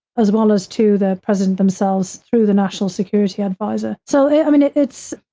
as well as to the president themselves through the national security adviser. so, i mean, it's,